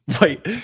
Wait